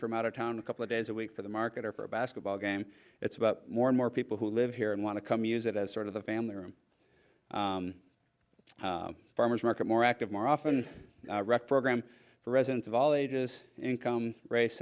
from out of town a couple of days a week for the market or for a basketball game it's about more and more people who live here and want to come use it as sort of the family room farmer's market more active more often rec program for residents of all ages income race